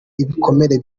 ibikomere